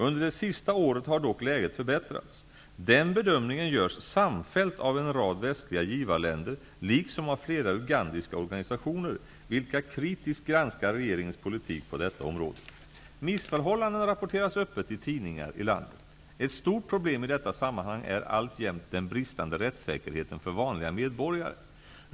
Under det senaste året har dock läget förbättrats. Den bedömningen görs samfällt av en rad västliga givarländer liksom av flera ugandiska organisationer, vilka kritiskt granskar regeringens politik på detta område. Missförhållanden rapporteras öppet i tidningar i landet. Ett stort problem i detta sammanhang är alltjämt den bristande rättssäkerheten för vanliga medborgare.